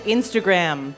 Instagram